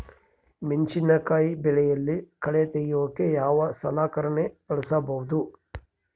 ಮೆಣಸಿನಕಾಯಿ ಬೆಳೆಯಲ್ಲಿ ಕಳೆ ತೆಗಿಯೋಕೆ ಯಾವ ಸಲಕರಣೆ ಬಳಸಬಹುದು?